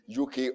UK